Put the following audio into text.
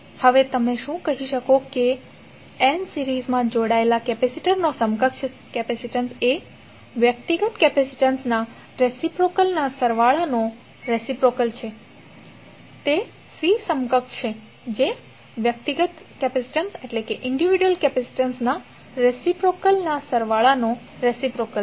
તો હવે તમે શું કહી શકો n સિરીઝમા જોડાયેલા કેપેસિટરનો સમકક્ષ કેપેસિટીન્સ એ વ્યક્તિગત કેપેસિટીન્સના રેસિપ્રોકેલના સરવાળાનો રેસિપ્રોકેલ છે તે c સમકક્ષ છે જે વ્યક્તિગત કૅપેસિટન્સ ના રેસિપ્રોકેલ ના સરવાળાનો રેસિપ્રોકેલ છે